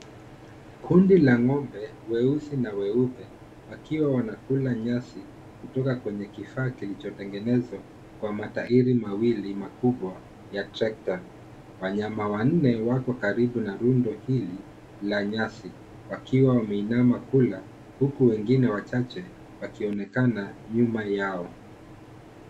Kundi la ng'ombe weusi na weupe wakiwa wanakula nyasi kutoka kwenye kifaa kilichotengenezwa kwa matairi mawili makubwa ya trekta. Wanyama wanne wako karibu na rundo hili la nyasi wakiwa wameinama kula huku wengine wachache wakionekana nyuma yao.